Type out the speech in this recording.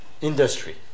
industry